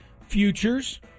Futures